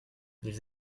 ils